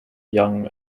young